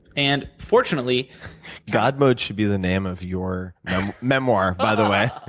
and fortunately god mode should be the name of your memoir, by the way,